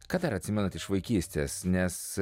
ką dar atsimenat iš vaikystės nes